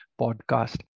podcast